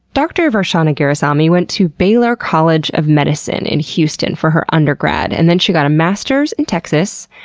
dr. varshana gurusamy went to baylor college of medicine in houston for her undergrad, and then she got a master's in texas.